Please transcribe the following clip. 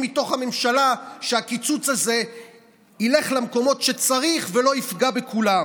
מתוך הממשלה שהקיצוץ הזה ילך למקומות שצריך ולא יפגע בכולם.